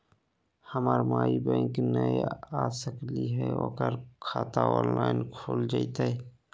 हमर माई बैंक नई आ सकली हई, ओकर खाता ऑनलाइन खुल जयतई?